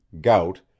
gout